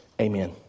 Amen